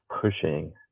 pushing